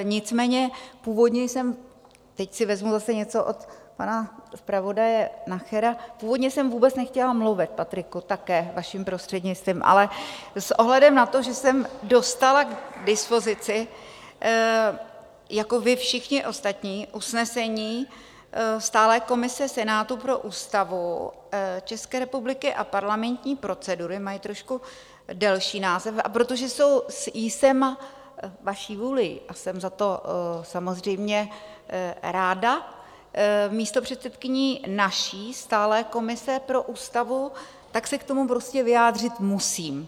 Nicméně původně jsem teď si vezmu zase něco od pana zpravodaje Nachera původně jsem vůbec nechtěla mluvit, Patriku, také vaším prostřednictvím, ale s ohledem na to, že jsem dostala k dispozici jako vy všichni ostatní usnesení stálé komise Senátu pro Ústavu České republiky a parlamentní procedury, mají trošku delší název, a protože jsem vaší vůlí, a jsem za to samozřejmě ráda, místopředsedkyní naší stálé komise pro ústavu, tak se k tomu prostě vyjádřit musím.